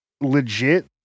legit